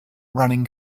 running